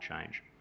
change